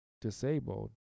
disabled